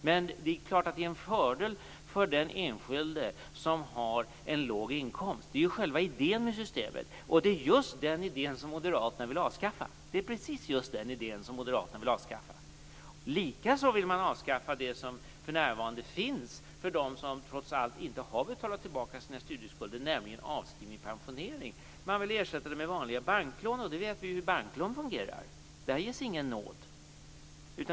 Men detta system är en fördel för den enskilde som har en låg inkomst. Det är själva idén med systemet. Och det är den idén som moderaterna vill avskaffa, just den idén. Likaså vill man avskaffa den möjlighet som för närvarande finns för dem som trots allt inte har betalat tillbaka sina studieskulder, nämligen avskrivning vid pensioneringen. Man vill ersätta studielånen med vanliga banklån. Det vet vi ju hur banklån fungerar. Där ges ingen nåd.